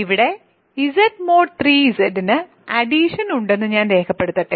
ഇവിടെ Z mod 3Z ന് addition ഉണ്ടെന്ന് ഞാൻ രേഖപ്പെടുത്തട്ടെ